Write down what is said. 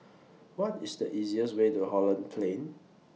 What IS The easiest Way to Holland Plain